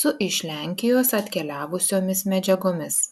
su iš lenkijos atkeliavusiomis medžiagomis